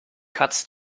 cuts